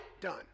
Done